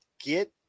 get